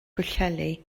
pwllheli